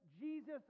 Jesus